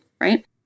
right